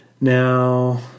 Now